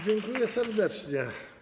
Dziękuję serdecznie.